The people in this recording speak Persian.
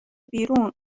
بیرون